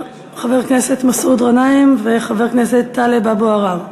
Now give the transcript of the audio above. חבר הכנסת מסעוד גנאים וחבר הכנסת טלב אבו עראר,